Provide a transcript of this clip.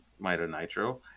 mitonitro